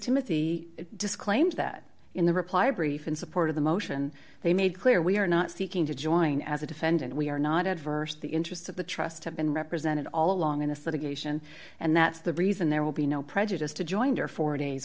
timothy disclaimed that in the reply brief in support of the motion they made clear we are not seeking to join as a defendant we are not adverse to the interests of the trust have been represented all along in a sort of geisha and that's the reason there will be no prejudice to join or four days